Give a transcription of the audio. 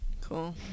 Cool